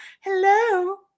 Hello